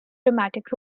dramatic